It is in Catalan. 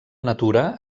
natura